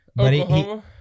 Oklahoma